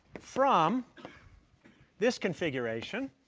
from this configuration.